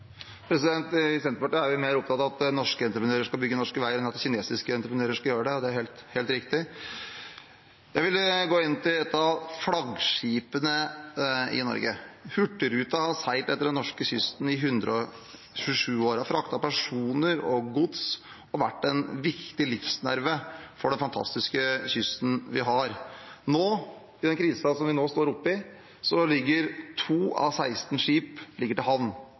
Senterpartiet er vi mer opptatt av at norske entreprenører skal bygge norske veier enn at kinesiske entreprenører skal gjøre det – det er helt riktig. Jeg vil gå inn på et av flaggskipene i Norge. Hurtigruten har seilt langs den norske kysten i 127 år og har fraktet personer og gods og vært en viktig livsnerve for den fantastiske kysten vi har. Nå, i den krisen som vi nå står oppe i, ligger to av 16 skip til havn.